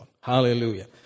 Hallelujah